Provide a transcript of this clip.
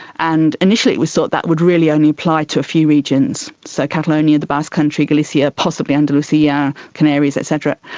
and initially it was thought that that would really only applied to a few regions, so catalonia, the basque country, galicia, possibly andalusia, yeah canaries et cetera.